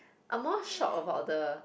I'm more shocked about the